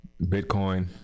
bitcoin